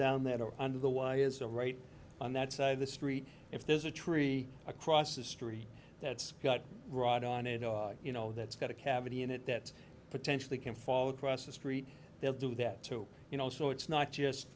down that are under the why it's all right on that side of the street if there's a tree across the street that's got wrought on a dog you know that's got a cavity in it that potentially can fall across the street they'll do that too you know so it's not just